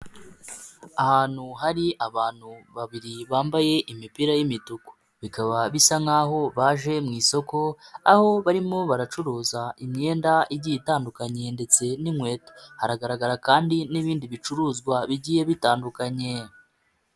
Ahantu hari abantu babiri bambaye imipira y'imituku. Bikaba bisa nk'aho baje mu isoko, aho barimo baracuruza imyenda igiye itandukanye ndetse n'inkweto. hagaragara kandi n'ibindi bicuruzwa bigiye bitandukanye.